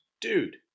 dude